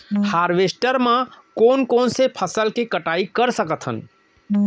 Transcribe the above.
Harvester म कोन कोन से फसल के कटाई कर सकथन?